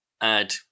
add